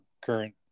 current